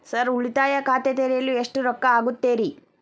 Sir ಉಳಿತಾಯ ಖಾತೆ ತೆರೆಯಲು ಎಷ್ಟು ರೊಕ್ಕಾ ಆಗುತ್ತೇರಿ?